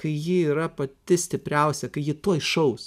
kai ji yra pati stipriausia kai ji tuoj šaus